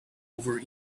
over